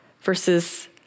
versus